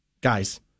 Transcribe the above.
guys